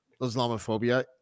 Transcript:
islamophobia